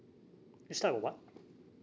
is type of what